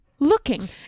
Looking